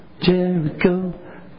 Jericho